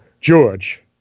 George